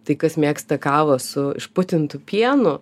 tai kas mėgsta kavą su išputintu pienu